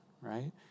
right